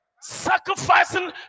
sacrificing